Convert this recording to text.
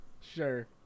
Sure